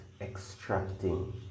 extracting